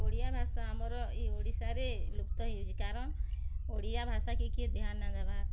ଓଡ଼ିଆ ଭାଷା ଆମର୍ ଏ ଓଡ଼ିଶାରେ ଲୁପ୍ତ ହେଉଛି କାରଣ ଓଡ଼ିଆ ଭାଷାକେ କେହି ଧ୍ୟାନ୍ ନାହିଁ ଦେବା